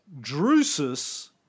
Drusus